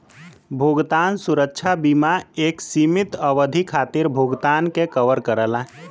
भुगतान सुरक्षा बीमा एक सीमित अवधि खातिर भुगतान के कवर करला